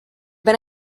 been